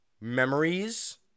memories